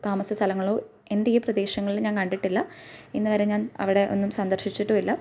താമസസ്ഥലങ്ങളോ എൻ്റെ ഈ പ്രദേശങ്ങളിൽ ഞാൻ കണ്ടിട്ടില്ല ഇന്നു വരെ ഞാൻ അവിടെ ഒന്നും സന്ദർശിച്ചിട്ടുമില്ല